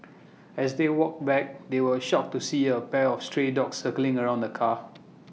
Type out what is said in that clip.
as they walked back they were shocked to see A pack of stray dogs circling around the car